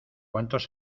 cuantos